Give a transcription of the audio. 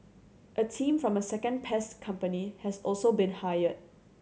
a team from a second pest company has also been hired